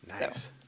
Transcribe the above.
Nice